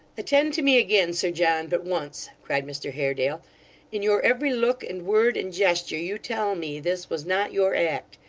attend to me again, sir john but once cried mr haredale in your every look, and word, and gesture, you tell me this was not your act.